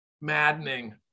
maddening